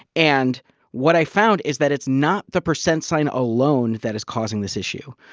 and what i found is that it's not the percent sign alone that is causing this issue.